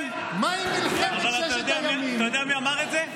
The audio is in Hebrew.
אבל אתה יודע מי אמר את זה?